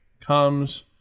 comes